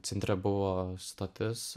centre buvo stotis